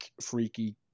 freaky